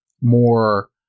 more